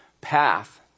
path